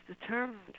determined